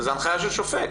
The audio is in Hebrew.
זאת הנחייה של שופט.